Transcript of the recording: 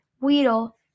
Weedle